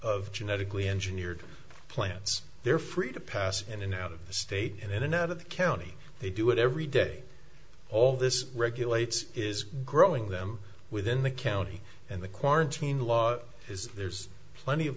of genetically engineered plants they're free to pass in and out of the state and in and out of the county they do it every day all this regulates is growing them within the county and the quarantine law is there's plenty of